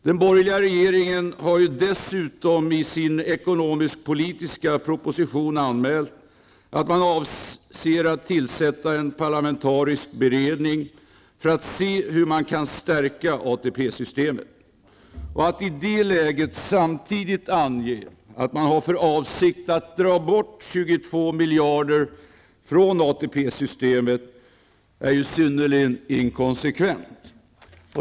Den borgerliga regeringen har dessutom i sin ekonomisk-politiska proposition anmält att man avser att tillsätta en parlamentarisk beredning för att se hur man kan stärka ATP-systemet. Att i detta läge samtidigt ange att man har för avsikt att dra bort 22 miljarder från ATP-systemet är synnerligen inkonsekvent.